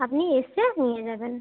আপনি এসে নিয়ে যাবেন